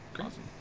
Awesome